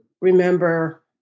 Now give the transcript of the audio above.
remember